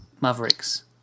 Mavericks